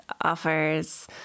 offers